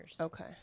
okay